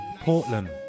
Portland